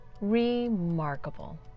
Remarkable